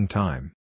time